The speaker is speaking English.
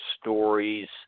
stories